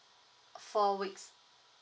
uh four weeks